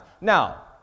Now